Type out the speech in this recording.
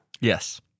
Yes